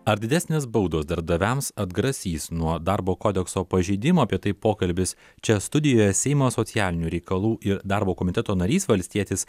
ar didesnės baudos darbdaviams atgrasys nuo darbo kodekso pažeidimo apie tai pokalbis čia studijoje seimo socialinių reikalų ir darbo komiteto narys valstietis